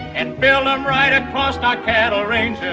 and built em right across our cattle ranges!